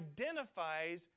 identifies